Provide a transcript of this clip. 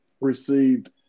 received